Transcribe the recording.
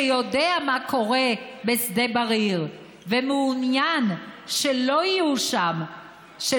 שיודע מה קורה בשדה בריר ומעוניין שלא תהיה כרייה,